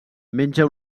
menja